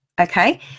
okay